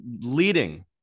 leading